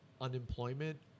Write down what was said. unemployment